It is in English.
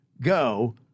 go